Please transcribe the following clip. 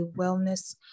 wellness